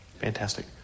fantastic